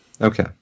Okay